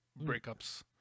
breakups